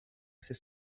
ser